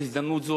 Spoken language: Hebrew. בהזדמנות זו,